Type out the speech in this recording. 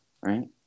right